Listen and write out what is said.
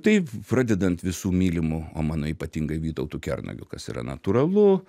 tai pradedant visų mylimu o mano ypatingai vytautu kernagiu kas yra natūralu